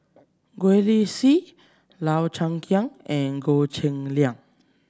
Gwee Li Sui Lau Chiap Khai and Goh Cheng Liang